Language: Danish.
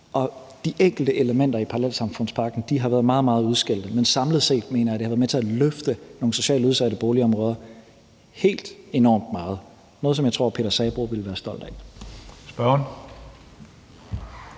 De enkelte elementer i parallelsamfundspakken har været meget, meget udskældt, men samlet set mener jeg at det har været med til at løfte nogle socialt udsatte boligområder helt enormt meget – noget, som jeg tror at Peter Sabroe ville være stolt af.